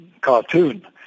cartoon